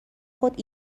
خود